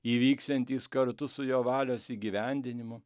įvyksiantys kartu su jo valios įgyvendinimu